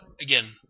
Again